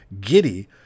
giddy